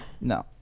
No